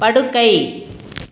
படுக்கை